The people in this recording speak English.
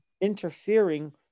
interfering